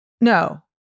no